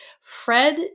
Fred